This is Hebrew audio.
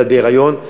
ואת בהיריון?